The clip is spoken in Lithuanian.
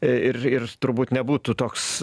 ir ir turbūt nebūtų toks